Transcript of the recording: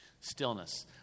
Stillness